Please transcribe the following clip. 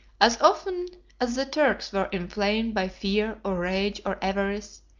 as often as the turks were inflamed by fear, or rage, or avarice,